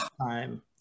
time